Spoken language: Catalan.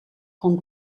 com